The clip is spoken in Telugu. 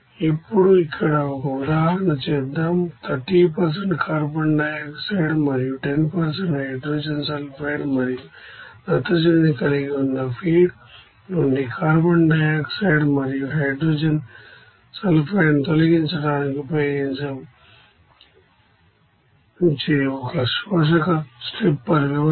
ఇప్పుడు ఇక్కడ ఒక ఉదాహరణ చేద్దాం 30 కార్బన్ డయాక్సైడ్ మరియు 10 హైడ్రోజన్ సల్ఫైడ్ మరియు నత్రజనిని కలిగి ఉన్న ఫీడ్ నుండి కార్బన్ డయాక్సైడ్ మరియు హైడ్రోజన్ సల్ఫైడ్లను తొలగించడానికి ఉపయోగించే ఒక శోషక స్ట్రిప్పర్ వ్యవస్థ